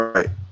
Right